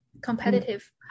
competitive